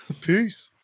Peace